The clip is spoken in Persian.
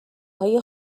های